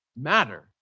matter